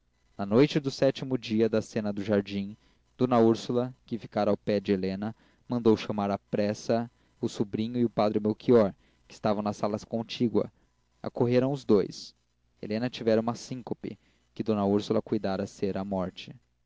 na noite do sétimo dia da cena do jardim d úrsula que ficara ao pé de helena mandou chamar à pressa o sobrinho e o padre melchior que estavam na sala contígua acorreram os dois helena tivera uma síncope que d úrsula cuidara ser a morte